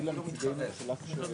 למה אתה שואל